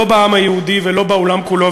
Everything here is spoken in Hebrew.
לא בעם היהודי ולא בעולם כולו,